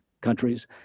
countries